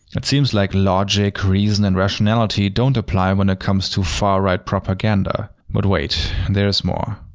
it seems like logic, reason, and rationality don't apply when it comes to far-right propaganda. but, wait. there's more.